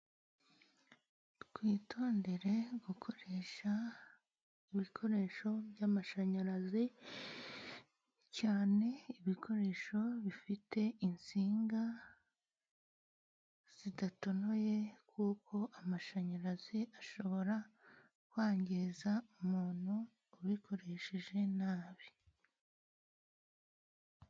Twitondere gukoresha ibikoresho by'amashanyarazi cyane ibikoresho bifite insinga zidatonoye, kuko amashanyarazi ashobora kwangiza umuntu ubikoresheje nabi.